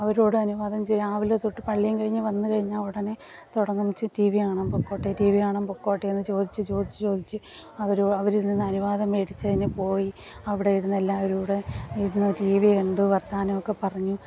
അവരോട് അനുവാദം രാവിലെതൊട്ട് പള്ളിയും കഴിഞ്ഞ് വന്നു കഴിഞ്ഞ ഒടനെ തുടങ്ങും ഇച്ച് ടീ വി കാണാൻ പൊയ്ക്കോട്ടെ ടീ വി കാണാൻ പൊയ്ക്കോട്ടേന്ന് ചോദിച്ച് ചോദിച്ച് ചോദിച്ച് അവരോ അവരിൽ നിന്ന് അനുവാദം മേടിച്ചതിന് പോയി അവിടെ ഇരുന്ന് എല്ലാവരും കൂടെ ഇരുന്ന് ടീ വി കണ്ട് വർത്താനമൊക്കെ പറഞ്ഞു